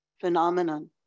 phenomenon